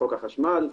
חוק החשמל,